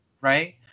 right